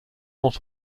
not